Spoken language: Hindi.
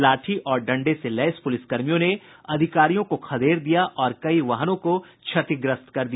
लाठी और डंडे से लैस पुलिसकर्मियों ने अधिकारियों को खदेड़ दिया और कई वाहनों को क्षतिग्रस्त कर दिया